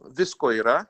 visko yra